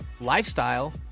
lifestyle